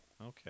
Okay